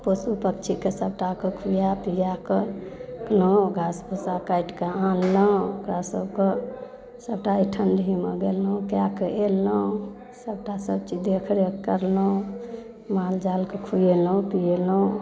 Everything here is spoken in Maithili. पशु पक्षीके सबटाके खुआ पिआके रखलहुँ घास भूसा काटिके आनलहुँ ओकरा सबके सबटा अइ ठण्डीमे गेलहुँ कए कऽ एलहुँ सबटा सब चीज देख रेख करलहुँ माल जालके खुएलहुँ पीएलहुँ